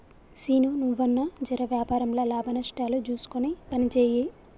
సీనూ, నువ్వన్నా జెర వ్యాపారంల లాభనష్టాలు జూస్కొని పనిజేయి